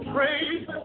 Praise